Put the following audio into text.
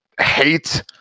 hate